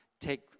take